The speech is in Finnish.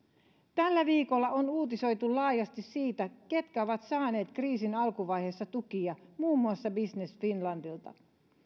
tällä viikolla on uutisoitu laajasti siitä ketkä ovat saaneet kriisin alkuvaiheessa tukia muun muassa business finlandilta